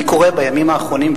אני קורא בימים האחרונים,